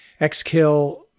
Xkill